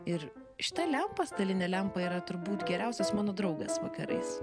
ir šita lempa stalinė lempa yra turbūt geriausias mano draugas vakarais